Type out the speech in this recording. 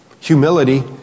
Humility